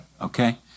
Okay